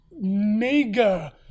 mega